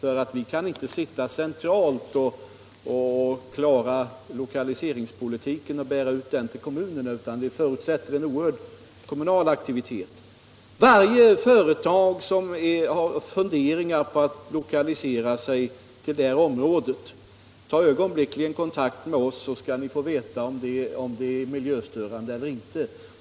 Vi kan inte sitta centralt och klara lokaliseringspolitiken och föra ut den till kommunerna, utan vi räknar med en oerhörd kommunal aktivitet. Till varje företag som har funderingar på att lokalisera sig till detta område vill jag säga: Tag ögonblickligen kontakt med oss, så skall ni få veta om verksamheten är miljöstörande eller inte.